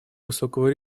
высокого